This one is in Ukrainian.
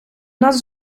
нас